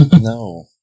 No